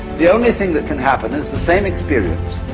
the only thing that can happen is the same experience,